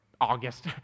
August